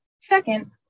Second